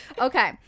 Okay